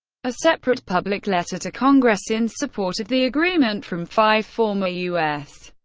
a separate public letter to congress in support of the agreement from five former u s.